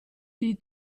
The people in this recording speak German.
die